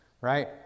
right